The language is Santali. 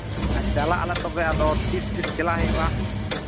ᱟᱨ ᱪᱟᱞᱟᱜ ᱟᱞᱮ ᱛᱚᱵᱮ ᱟᱫᱚ ᱛᱤᱥᱼᱛᱤᱥ ᱪᱟᱞᱟᱜ ᱦᱩᱭᱩᱜᱼᱟ